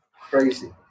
Crazy